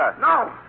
No